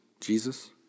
Jesus